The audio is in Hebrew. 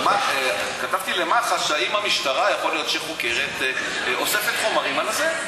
כתבתי למח"ש: האם יכול להיות שהמשטרה אוספת חומרים על זה?